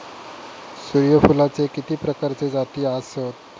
सूर्यफूलाचे किती प्रकारचे जाती आसत?